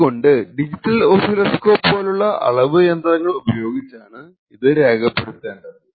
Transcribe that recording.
അതുകൊണ്ട് digital oscilloscope പോലുള്ള അളവ് യന്ത്രങ്ങൾ ഉപയോഗിച്ചാണ് ഇത് രേഖപ്പെടുത്തേണ്ടത്